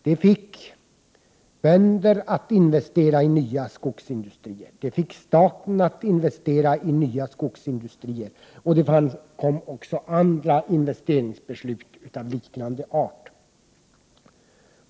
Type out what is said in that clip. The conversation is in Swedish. Detta fick bönder att investera i nya skogsindustrier, och det fick staten att investera i nya skogsindustrier. Det kom också andra investeringsbeslut av liknande art.